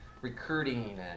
recruiting